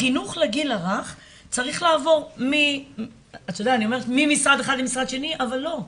החינוך לגיל הרך צריך לעבור ממשרד אחד למשרד שני; אבל לא,